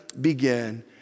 Begin